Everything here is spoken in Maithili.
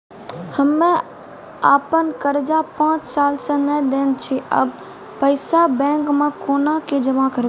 हम्मे आपन कर्जा पांच साल से न देने छी अब पैसा बैंक मे कोना के जमा करबै?